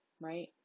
right